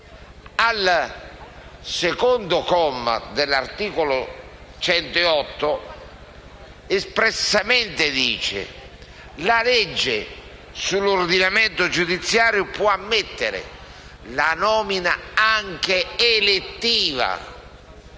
al comma 2 dell'articolo 106, espressamente dice: «La legge sull'ordinamento giudiziario può ammettere la nomina, anche elettiva,